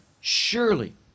surely